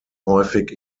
häufig